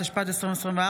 התשפ"ד 2024,